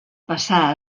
passà